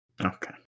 Okay